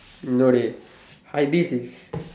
no dey Hypebeast is